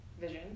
Vision